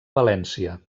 valència